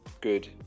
good